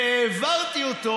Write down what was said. והעברתי אותו